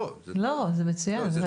זה מצוין.